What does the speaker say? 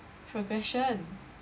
progression